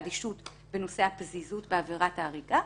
אדישות בנושא הפזיזות בעבירת הריגה,